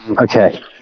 okay